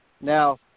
Now